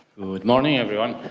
morning, everyone.